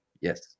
yes